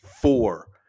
four